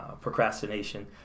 procrastination